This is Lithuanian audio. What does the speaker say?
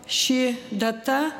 ši data